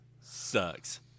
Sucks